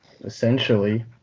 essentially